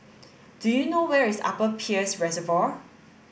do you know where is Upper Peirce Reservoir